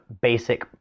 basic